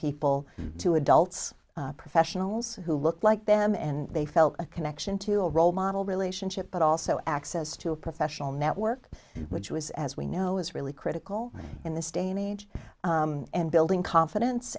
people to adults professionals who looked like them and they felt a connection to a role model relationship but also access to a professional network which was as we know is really critical in this day and age and building